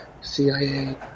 CIA